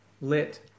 lit